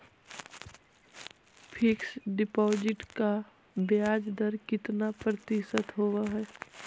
Fix deposit का ब्याज दर कितना प्रतिशत होब है?